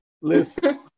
listen